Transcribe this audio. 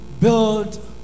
build